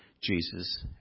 jesus